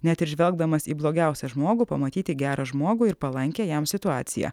net ir žvelgdamas į blogiausią žmogų pamatyti gerą žmogų ir palankią jam situaciją